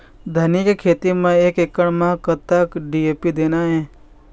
धनिया के खेती म एक एकड़ म कतक डी.ए.पी देना ये?